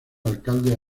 alcalde